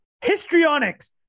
histrionics